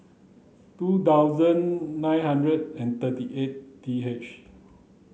two thousand nine hundred and thirty eight T H